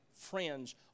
friends